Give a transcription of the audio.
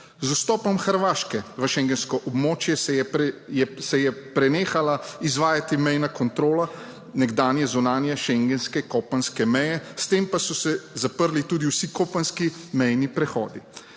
Z vstopom Hrvaške v schengensko območje se je prenehala izvajati mejna kontrola nekdanje zunanje schengenske kopenske meje, s tem pa so se zaprli tudi vsi kopenski mejni prehodi.